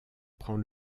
prend